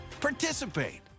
participate